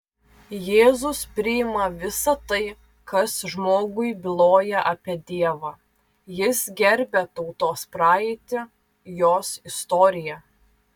jėzus priima visa tai kas žmogui byloja apie dievą jis gerbia tautos praeitį jos istoriją